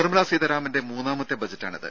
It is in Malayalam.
നിർമ്മലാ സീതാരാമന്റെ മൂന്നാമത്തെ ബജറ്റാണിത്